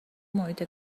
محیط